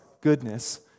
goodness